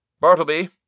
Bartleby